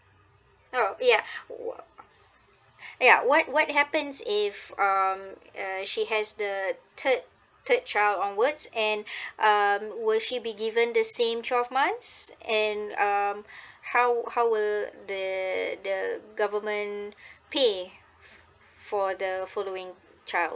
oh ya ya what what happens if um uh she has the third third child onwards and um will she be given the same twelve months and um how how will the the government pay for the following child